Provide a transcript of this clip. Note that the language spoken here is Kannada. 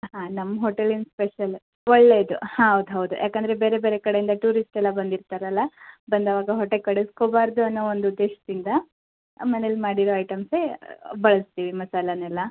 ಹಾ ನಮ್ಮ ಹೋಟೆಲಿನ ಸ್ಪೆಷಲ್ ಒಳ್ಳೆಯದು ಹಾ ಹೌದು ಹೌದು ಯಾಕಂದರೆ ಬೇರೆ ಬೇರೆ ಕಡೆಯಿಂದ ಟೂರಿಸ್ಟ್ ಎಲ್ಲ ಬಂದಿರ್ತಾರಲ್ಲ ಬಂದಾಗ ಹೊಟ್ಟೆ ಕೆಡುಸ್ಕೊಬಾರ್ದು ಅನ್ನೋ ಒಂದು ಉದ್ದೇಶದಿಂದ ಮನೇಲಿ ಮಾಡಿರೋ ಐಟೆಮ್ಸೇ ಬಳಸ್ತೀವಿ ಮಸಾಲನೆಲ್ಲ